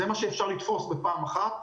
זה מה שאפשר לתפוס בפעם אחת.